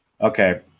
Okay